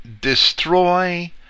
destroy